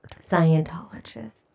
Scientologists